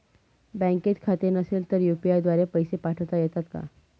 बँकेत खाते नसेल तर यू.पी.आय द्वारे पैसे पाठवता येतात का?